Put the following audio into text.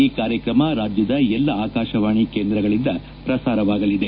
ಈ ಕಾರ್ಯಕ್ರಮ ರಾಜ್ದದ ಎಲ್ಲಾ ಆಕಾಶವಾಣಿ ಬಾನುಲಿ ಕೇಂದ್ರಗಳಿಂದ ಪ್ರಸಾರವಾಗಲಿದೆ